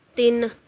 ਤਿੰਨ